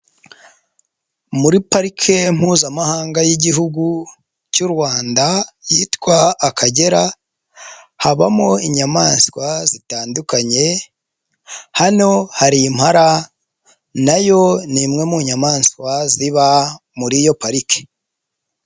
Muri parike mpuzamahanga y'igihugu cy'u Rwanda, yitwa akagera, habamo inyamaswa zitandukanye, hano hari impara, nayo ni imwe mu nyamaswa ziba muri iyo pariki.